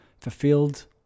fulfilled